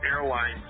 Airline